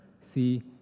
See